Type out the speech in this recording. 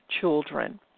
children